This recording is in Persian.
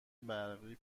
برقی